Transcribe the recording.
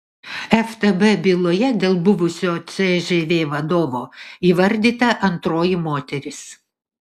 ftb byloje dėl buvusio cžv vadovo įvardyta antroji moteris